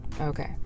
okay